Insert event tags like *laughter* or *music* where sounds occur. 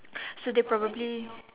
*breath* so they probably